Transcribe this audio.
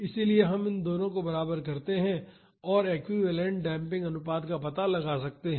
इसलिए हम इन दोनों को बराबर कर सकते हैं और एक्विवैलेन्ट डेम्पिंग अनुपात का पता लगा सकते हैं